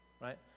right